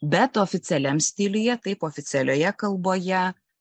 bet oficialiam stiliuje taip oficialioje kalboje